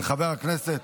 של חבר הכנסת